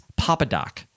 Papadoc